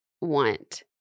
want